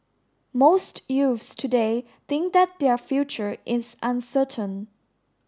most youths today think that their future is uncertain